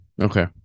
okay